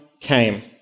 came